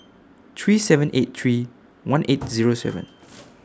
three seven eight three one eight Zero seven